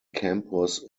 campus